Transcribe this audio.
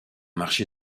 marché